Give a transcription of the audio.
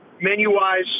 menu-wise